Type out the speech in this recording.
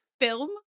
film